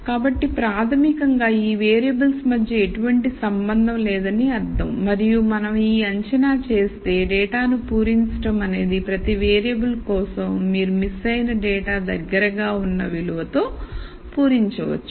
కాబట్టి ప్రాథమికంగా ఈ వేరియబుల్స్ మధ్య ఎటువంటి సంబంధం లేదని అర్థం మరియు మనం ఈ అంచనా చేస్తే డేటా ని పూరించడం అనేది ప్రతి వేరియబుల్ కోసం మీరు మిస్ అయిన డేటా దగ్గరగా ఉన్న విలువతో పూరించవచ్చు